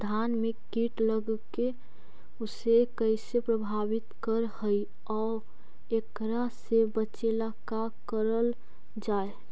धान में कीट लगके उसे कैसे प्रभावित कर हई और एकरा से बचेला का करल जाए?